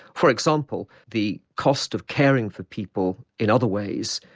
for example the cost of caring for people in other ways,